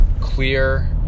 clear